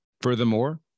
Furthermore